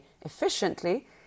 efficiently